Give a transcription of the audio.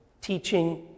teaching